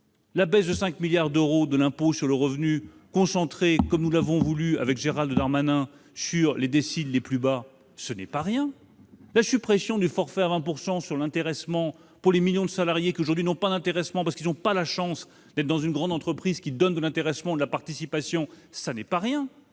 La baisse de 5 milliards d'euros de l'impôt sur le revenu, concentrée, comme nous l'avons voulu avec Gérald Darmanin, sur les déciles de revenus les plus bas, ce n'est pas rien ! La suppression du forfait de 20 % sur l'intéressement pour les millions de salariés qui, aujourd'hui, n'en bénéficient pas parce qu'ils n'ont pas la chance de travailler dans une grande entreprise pratiquant l'intéressement ou la participation, ce n'est pas rien